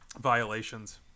violations